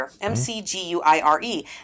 m-c-g-u-i-r-e